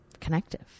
connective